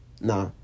Nah